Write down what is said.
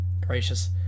Gracious